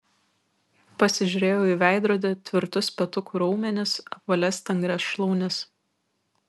pasižiūrėjau į veidrodį tvirtus petukų raumenis apvalias stangrias šlaunis